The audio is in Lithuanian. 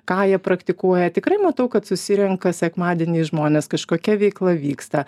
ką jie praktikuoja tikrai matau kad susirenka sekmadienį žmonės kažkokia veikla vyksta